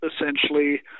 essentially